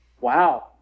wow